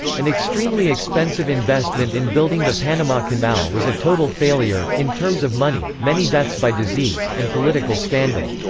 an extremely expensive investment in building the panama canal was a total failure, in terms of money, many deaths by disease, and political scandal.